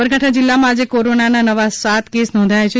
સાબરકાંઠા જિલ્લામાં આજે કોરોનાના નવા સાત કેસ નોંધાયા છે